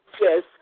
Yes